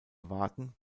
warten